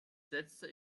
setzte